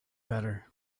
better